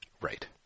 Right